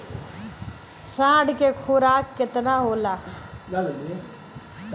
साढ़ के खुराक केतना होला?